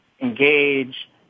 engage